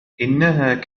إنها